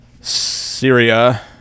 Syria